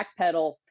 backpedal